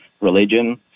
religion